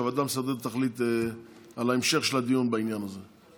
שהוועדה המסדרת תחליט על המשך הדיון בעניין הזה,